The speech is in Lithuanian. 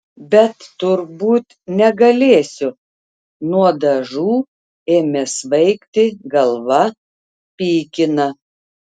bet turbūt negalėsiu nuo dažų ėmė svaigti galva pykina